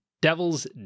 devils